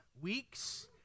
weeks